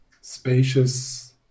spacious